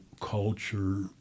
culture